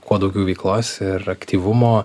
kuo daugiau veiklos ir aktyvumo